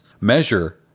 measure